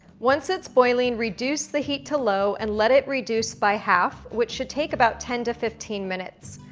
once it's boiling reduce the heat to low and let it reduce by half, which should take about ten to fifteen minutes.